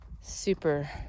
super